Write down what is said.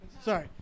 Sorry